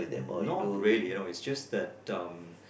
not really you know it's just that um